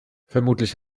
vermutlich